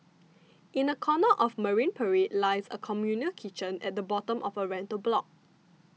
in a corner of Marine Parade lies a communal kitchen at the bottom of a rental block